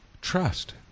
trust